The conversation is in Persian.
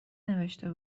نوشته